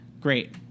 great